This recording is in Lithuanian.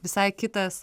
visai kitas